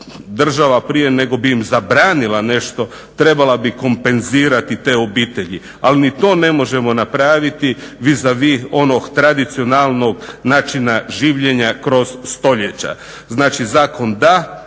država prije nego bi im zabranila nešto trebala bi kompenzirati te obitelji. Ali ni to ne možemo napraviti vi za vi onog tradicionalnog načina življenja kroz stoljeća. Znači zakon da,